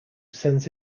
sends